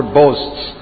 boasts